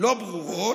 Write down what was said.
לא ברורות,